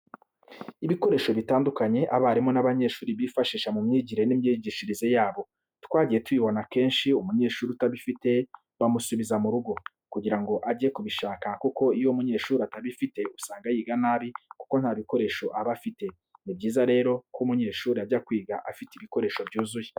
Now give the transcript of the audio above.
Ibikoresho bitandukanye abarimu n'abanyeshuri bifashisha mu myigire n'imyigishirize yabo, twagiye tubibona kenshi umunyeshuri utabifite bamusubiza mu rugo, kugira ngo ajye kubishaka kuko iyo umunyeshuri atabifite usanga yiga nabi kuko nta bikoresho aba afite. Ni byiza rero ko umunyeshuri ajya kwiga afite ibikoresho byuzuye.